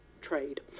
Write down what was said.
trade